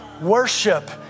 Worship